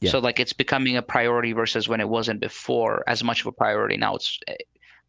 you so like it's becoming a priority versus when it wasn't before as much of a priority. now it's